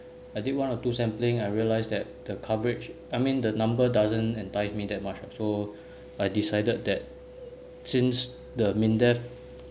I did one or two sampling I realised that the coverage I mean the number doesn't entice me that much so I decided that since the MINDEF